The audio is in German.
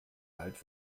alt